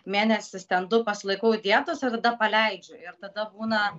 mėnesį stendu pasilaikau dietos ir tada paleidžiu ir tada būna